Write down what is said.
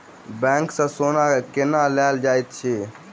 bank सँ सोना केना लेल जाइत अछि